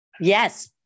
Yes